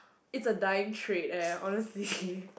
it's a dying trait eh honestly